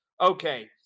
Okay